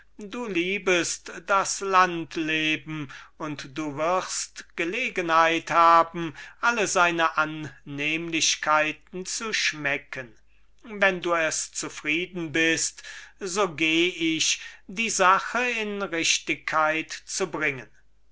du liebest das landleben und du wirst gelegenheit haben alle seine annehmlichkeiten zu schmecken wenn du es zufrieden bist so geh ich um diese sache in richtigkeit zu bringen